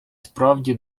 справді